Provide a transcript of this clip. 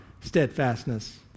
steadfastness